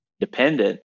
dependent